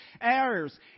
errors